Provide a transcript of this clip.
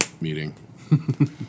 meeting